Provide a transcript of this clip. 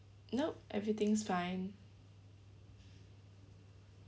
nope everything's fine